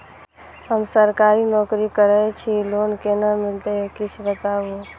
हम सरकारी नौकरी करै छी लोन केना मिलते कीछ बताबु?